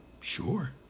Sure